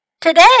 Today